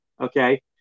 Okay